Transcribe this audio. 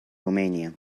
romania